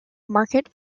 market